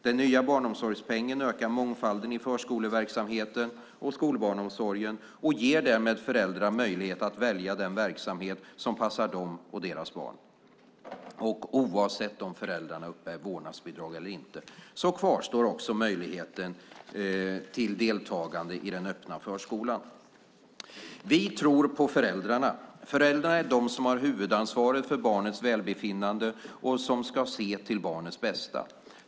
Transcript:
Den nya barnomsorgspengen ökar mångfalden i förskoleverksamheten och skolbarnsomsorgen, och ger därmed föräldrar möjlighet att välja den verksamhet som passar dem och deras barn. Och oavsett om föräldrarna uppbär vårdnadsbidrag eller inte kvarstår också möjligheten till deltagande i den öppna förskolan. Vi tror på föräldrarna. Föräldrarna är de som har huvudansvaret för barnets välbefinnande och som ska se till barnets bästa.